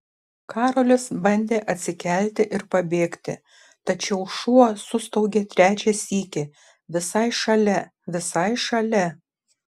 karolis bandė atsikelti ir pabėgti tačiau šuo sustaugė trečią sykį visai šalia visai šalia